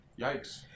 Yikes